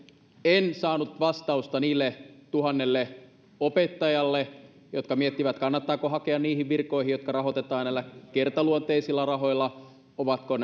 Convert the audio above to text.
en saanut vastausta niille tuhannelle opettajalle jotka miettivät kannattaako hakea niihin virkoihin jotka rahoitetaan näillä kertaluonteisilla rahoilla ovatko